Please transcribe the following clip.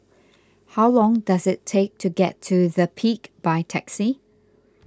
how long does it take to get to the Peak by taxi